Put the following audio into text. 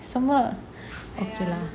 什么 okay lah